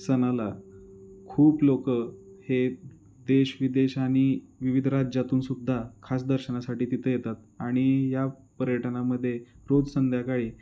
सणाला खूप लोकं हे देश विदेश आणि विविध राज्यातून सुद्धा खास दर्शनासाठी तिथे येतात आणि या पर्यटनामध्ये रोज संध्याकाळी